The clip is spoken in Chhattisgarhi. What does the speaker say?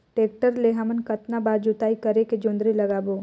टेक्टर ले हमन कतना बार जोताई करेके जोंदरी लगाबो?